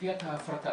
וכפיית ההפרטה.